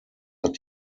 hat